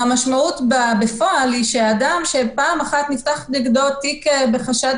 המשמעות של זה בפועל היא שאדם שפעם אחת נפתח נגדו תיק בחשד